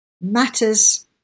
matters